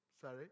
sorry